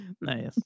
Nice